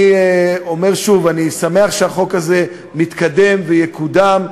אני אומר שוב: אני שמח שהחוק הזה מתקדם ויקודם,